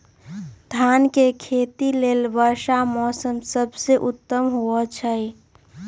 धान के खेती लेल वर्षा मौसम सबसे उत्तम होई छै